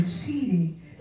cheating